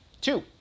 Two